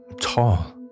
tall